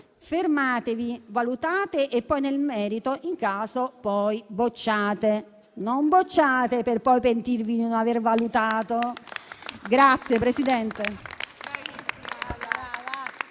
Fermatevi, valutate e poi nel merito, in caso, bocciate; non bocciate per poi pentirvi di non aver valutato.